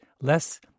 less